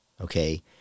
okay